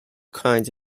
kinds